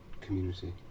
community